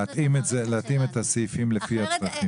להתאים את הסעיפים לפי הצרכים.